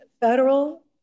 federal